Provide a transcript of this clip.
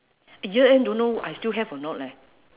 year end don't know I still have or not leh